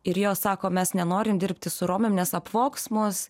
ir jos sako mes nenorim dirbti su romėm nes apvogs mus